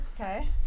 Okay